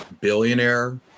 Billionaire